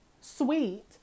sweet